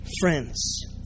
Friends